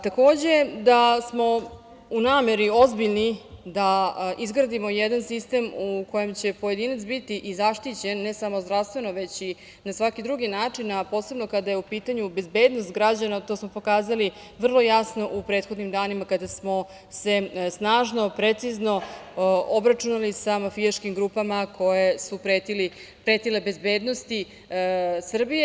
Takođe da smo u nameri ozbiljni da izgradimo jedan sistem u kojem će pojedinac biti i zaštićen ne samo zdravstveno, već i na svaki drugi način, a posebno kada je u pitanju bezbednost građana, to smo pokazali vrlo jasno u prethodnim danima kada smo se snažno, precizno obračunali sa mafijaškim grupama koje su pretile bezbednosti Srbije.